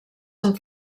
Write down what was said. sant